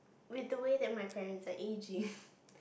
with the way that my parents are aging